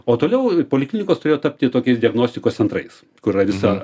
o toliau poliklinikos turėjo tapti tokiais diagnostikos centrais kur visa